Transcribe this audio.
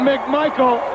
McMichael